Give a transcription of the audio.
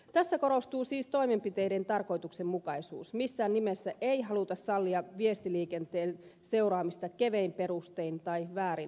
tässä korostuu siis toimenpiteiden tarkoituksenmukaisuus missään nimessä ei haluta sallia viestiliikenteen seuraamista kevein perustein tai väärin motiivein